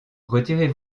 retirez